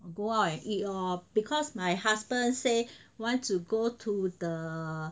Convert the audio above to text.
go out and eat lor because my husband say want to go to the